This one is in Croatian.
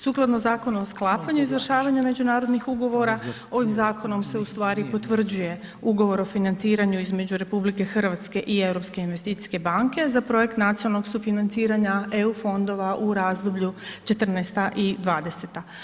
Sukladno zakonu o sklapanju izvršavanja međunarodnih ugovora ovim zakonom se u stvari potvrđuje ugovor o financiranju između RH i Europske investicijske banke za projekt nacionalnog sufinanciranja EU fondova u razdoblju '14. i '20.